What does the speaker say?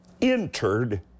entered